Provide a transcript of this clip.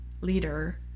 leader